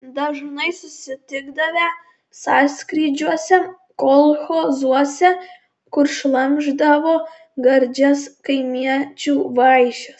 dažnai susitikdavę sąskrydžiuose kolchozuose kur šlamšdavo gardžias kaimiečių vaišes